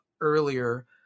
earlier